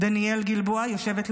דניאל גלבוע יושבת לידן,